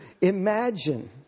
imagine